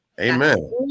Amen